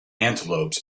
antelopes